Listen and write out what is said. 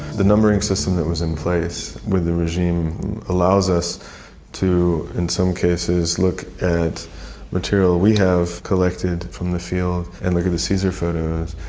the numbering system that was in place within the regime allows us to, in some cases, look at material we have collected from the field, and look at the caesar photos,